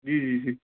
جی جی جی